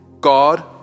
God